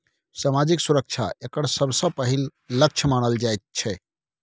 सामाजिक सुरक्षा एकर सबसँ पहिल लक्ष्य मानल जाइत छै